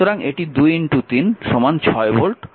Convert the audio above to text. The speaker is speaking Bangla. সুতরাং এটি 2 3 6 ভোল্ট